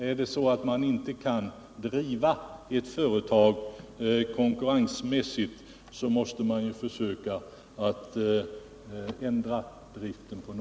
Om man inte kan driva ett företag konkurrensmässigt, måste man på något sätt försöka ändra driften.